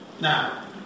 Now